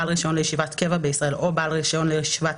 בעל רישיון לישיבת קבע בישראל או בעל רישיון לישיבת